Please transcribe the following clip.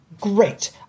Great